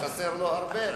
חסר לו הרבה.